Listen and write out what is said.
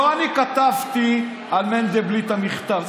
לא אני כתבתי על מנדלבליט את המכתב.